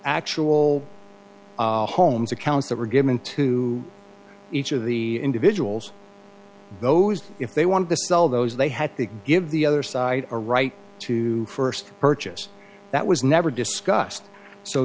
actual homes accounts that were given to each of the individuals those if they wanted to sell those they had to give the other side a right to first purchase that was never discussed so